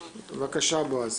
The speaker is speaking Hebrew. בבקשה, בועז.